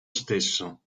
stesso